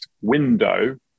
window